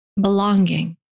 belonging